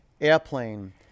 Airplane